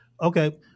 Okay